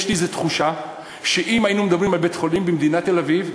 יש לי איזה תחושה שאם היינו מדברים על בית-חולים במדינת תל-אביב,